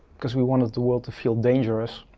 cause we wanted the world to feel dangerous,